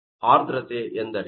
ಆರ್ದ್ರತೆ ಎಂದರೇನು